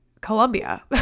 Colombia